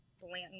Blanton